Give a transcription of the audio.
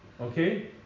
okay